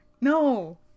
No